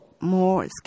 more